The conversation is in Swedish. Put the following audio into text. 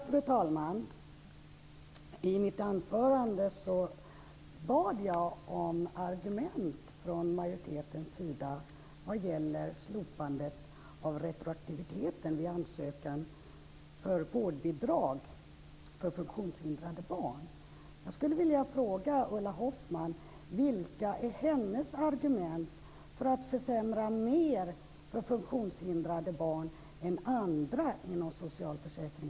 Fru talman! I mitt anförande bad jag om argument från majoritetens sida vad gäller slopandet av retroaktiviteten vid ansökan om vårdbidrag för funktionshindrade barn.